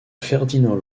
ferdinand